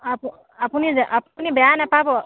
আপুনি আপুনি বেয়া নেপাব